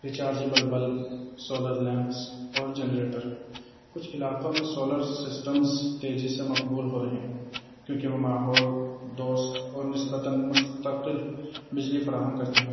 rechargeable bulb solar lamps اور generator کچھ علاقوں میں سولر سسٹمز تیزی سے مقبول ہو رہے ہیں کیونکہ وہ ماحول دوست اور نسبتاً مستقل بجلی فراہم کرتے ہیں